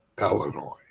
Illinois